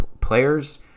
players